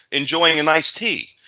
enjoying an iced tea.